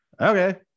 okay